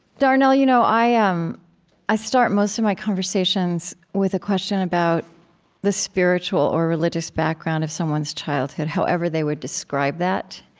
darnell, you know i ah um i start most of my conversations with a question about the spiritual or religious background of someone's childhood, however they would describe that.